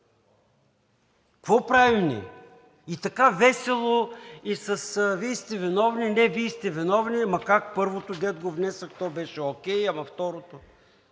Какво правим ние? И така весело, и със: Вие сте виновни. Не, Вие сте виновни. Ама как, първото, дето го внесох, то беше окей, ама второто…